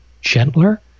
gentler